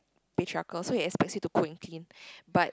patriarchal so he aspects him to cook and clean but